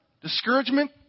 discouragement